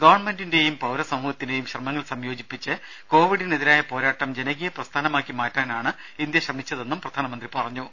ഗവൺമെന്റിന്റേയും പൌരസമൂഹത്തിന്റേയും ശ്രമങ്ങൾ സംയോജിപ്പിച്ച് കോവിഡിനെതിരായ പോരാട്ടം ജനകീയ പ്രസ്ഥാനമാക്കി മാറ്റാനാണ് ഇന്ത്യ ശ്രമിച്ചതെന്ന് പ്രധാനമന്ത്രി പറഞ്ഞു